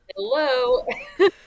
Hello